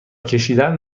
کشیدن